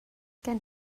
gen